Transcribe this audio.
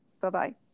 Bye-bye